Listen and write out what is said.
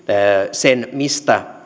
sen mistä